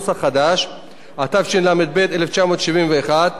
התשל"ב 1971,